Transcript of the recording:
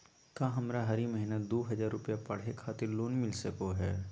का हमरा हरी महीना दू हज़ार रुपया पढ़े खातिर लोन मिलता सको है?